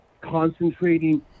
concentrating